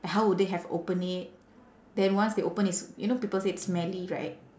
how would they have open it then once they open it's you know people say it's smelly right